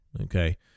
Okay